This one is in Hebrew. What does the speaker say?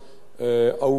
העובדה היא,